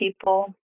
people